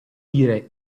dire